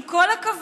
עם כל הכבוד,